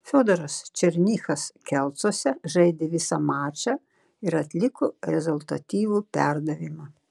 fiodoras černychas kelcuose žaidė visą mačą ir atliko rezultatyvų perdavimą